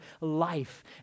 life